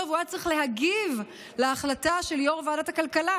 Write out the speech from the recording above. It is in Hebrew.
והוא היה צריך להגיב על ההחלטה של יו"ר ועדת הכלכלה,